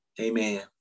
amen